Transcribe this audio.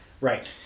Right